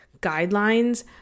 guidelines